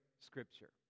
scripture